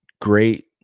Great